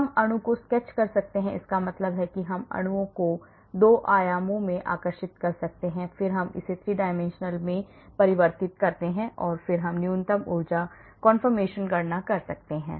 हम अणु को स्केच कर सकते हैं इसका मतलब है कि हम अणुओं को 2 आयामी में आकर्षित कर सकते हैं और फिर हम इसे 3 dimension में परिवर्तित करते हैं और फिर हम न्यूनतम ऊर्जा conformation गणना कर सकते हैं